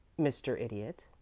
mr. idiot,